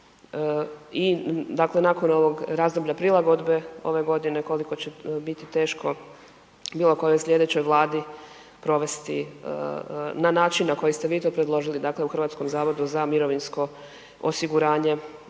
i dakle, nakon ovog razdoblja prilagodbe ove godine koliko će biti teško bilo kojoj slijedećoj Vladi provesti na način na koji ste vi to predložili, dakle u HZMO-u ovaj